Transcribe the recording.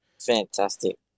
Fantastic